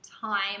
time